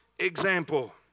Example